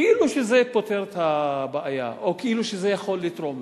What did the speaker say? כאילו זה פותר את הבעיה, או כאילו זה יכול לתרום.